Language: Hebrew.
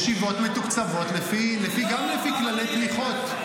ישיבות מתוקצבות גם לפי כללי תמיכות.